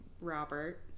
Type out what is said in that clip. Robert